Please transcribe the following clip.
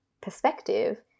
perspective